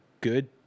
good